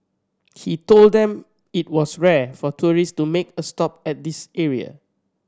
he told them that it was rare for tourists to make a stop at this area